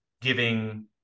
giving